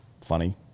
funny